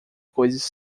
coisas